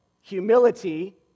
humility